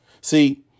See